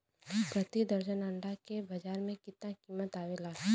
प्रति दर्जन अंडा के बाजार मे कितना कीमत आवेला?